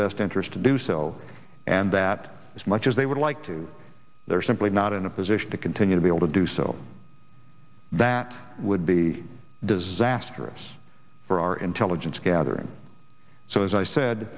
best interest to do so and that as much as they would like to they're simply not in a position to continue to be able to do so that would be disastrous for our intelligence gathering so as i said